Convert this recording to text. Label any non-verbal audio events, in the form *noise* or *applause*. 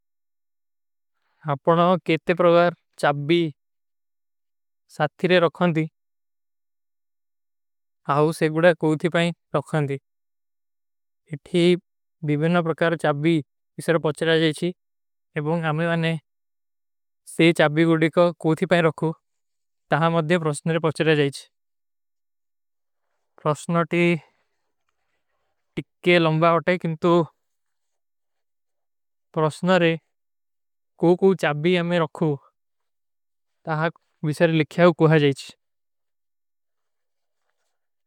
ଆପନା କେତେ ପ୍ରଗାର ଚାବୀ *hesitation* ସାଥିରେ ରଖନ ଦୀ, *hesitation* ଆହୂ ସେ ଗୁଡେ କୋଈ ଥୀ ପାଇଂ ରଖନ ଦୀ। ଇତନୀ ବିବେନା ପ୍ରଗାର ଚାବୀ ଇସେରେ ପହୁଁଚ ରହା ଜାଈଶୀ। ଏବଂଗ ଆମ୍ଲେ ଵାନେ ସେ ଚାବୀ ଗୁଡେ କା କୋଈ ଥୀ ପାଇଂ ରଖୂ, ତହାଂ ମଦ୍ଯେ ପ୍ରସ୍ନରେ ପହୁଚ ରହା ଜାଈଶୀ। *hesitation* ପ୍ରସ୍ନର ତୀ *hesitation* ଟିକ୍କେ ଲଂବା ହୋତା ହୈ, କିନ୍ତୋ ପ୍ରସ୍ନରେ କୋ କୋ ଚାବୀ ଆମ୍ଲେ ରଖୂ, ତହାଂ ଵିସର ଲିଖ୍ଯାଓ କୋହା ଜାଈଶୀ।